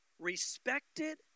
Respected